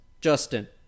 Justin